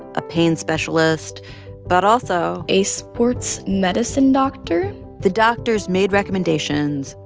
a pain specialist but also. a sports medicine doctor the doctors made recommendations,